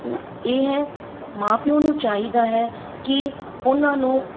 ਕਿਉਂ ਇਹ ਹੈ ਮਾਂ ਪਿਓ ਨੂੰ ਚਾਹੀਦਾ ਹੈ ਕਿ ਉਹਨਾਂ ਨੂੰ